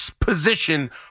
position